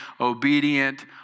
obedient